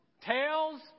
tails